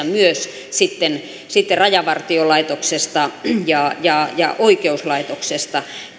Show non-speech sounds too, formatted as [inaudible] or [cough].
[unintelligible] myös sitten sitten rajavartiolaitoksesta ja ja oikeuslaitoksesta